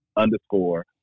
Underscore